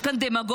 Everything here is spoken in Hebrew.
יש כאן דמגוגיה.